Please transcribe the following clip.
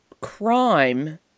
crime